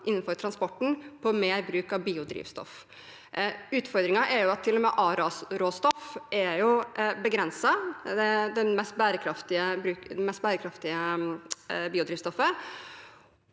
innenfor transporten på mer bruk av biodrivstoff. Utfordringen er at til og med A-råstoff, det mest bærekraftige biodrivstoffet,